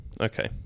Okay